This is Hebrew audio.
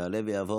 יעלה ויבוא